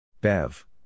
Bev